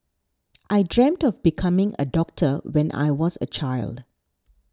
I dreamt of becoming a doctor when I was a child